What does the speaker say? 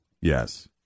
yes